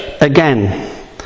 again